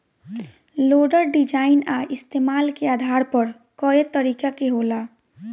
loader design आ इस्तमाल के आधार पर कए तरीका के होला